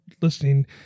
listening